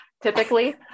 typically